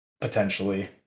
potentially